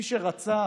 מי שרצח,